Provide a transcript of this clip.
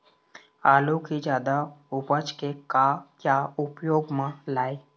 आलू कि जादा उपज के का क्या उपयोग म लाए?